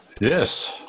Yes